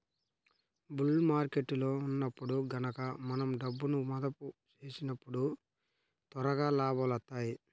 bull మార్కెట్టులో ఉన్నప్పుడు గనక మనం డబ్బును మదుపు చేసినప్పుడు త్వరగా లాభాలొత్తాయి